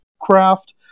craft